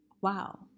wow